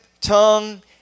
tongue